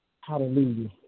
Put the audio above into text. Hallelujah